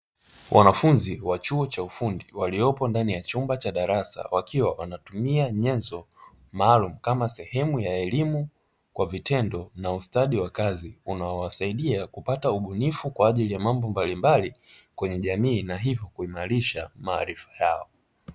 Wanafunzi wa chuo cha ufundi, waliopo ndani ya chumba cha darasa, wakiwa wanatumia nyenzo maalumu kama sehemu ya elimu kwa vitendo na ustadi wa kazi unaowasaidia kupata ubunifu kwa ajili ya mambo mbalimbali kwenye jamii, na hivyo kuimarisha maarifa yao.